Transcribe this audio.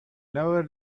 never